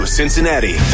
Cincinnati